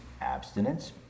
abstinence